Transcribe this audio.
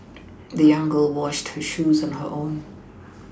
the young girl washed her shoes on her own